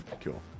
cool